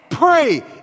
Pray